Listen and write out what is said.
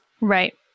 right